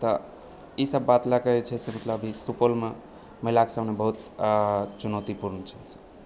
तऽ ईसभ बात लए कऽ जे छै मतलब की सुपौलमे महिलाक सामने बहुत चुनौतीपूर्ण छै